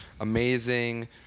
amazing